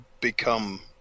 become